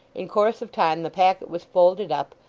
in course of time the packet was folded up,